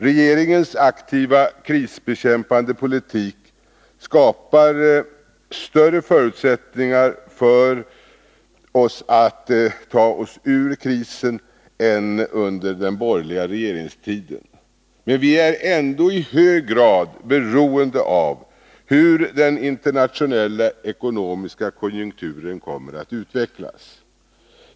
Regeringens aktiva krisbekämpande politik skapar större förutsättningar för oss att ta oss ur krisen än vad fallet var under den borgerliga regeringstiden. Men vi är ändå i hög grad beroende av hur den internationella ekonomiska konjunkturen kommer att utvecklas.